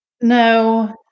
No